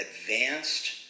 advanced